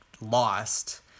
lost